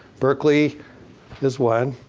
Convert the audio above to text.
berkeley is one.